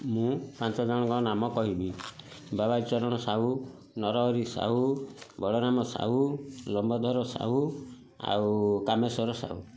ମୁଁ ପାଞ୍ଚ ଜଣଙ୍କ ନାମ କହିବି ବାବାଜୀ ଚରଣ ସାହୁ ନରହରି ସାହୁ ବଳରାମ ସାହୁ ଲମ୍ବୋଧର ସାହୁ ଆଉ କାମେଶ୍ୱର ସାହୁ